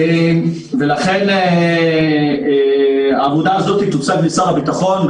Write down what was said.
ולכן העבודה הזאת תוצג לשר הביטחון,